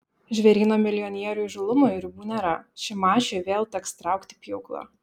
žvėryno milijonierių įžūlumui ribų nėra šimašiui vėl teks traukti pjūklą